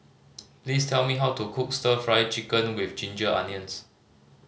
please tell me how to cook Stir Fry Chicken with ginger onions